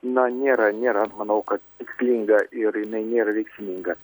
na nėra nėra manau kad tikslinga ir jinai nėra veiksminga